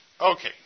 Okay